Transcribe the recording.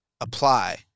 apply